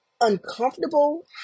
uncomfortable